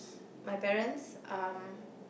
my parents um